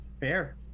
fair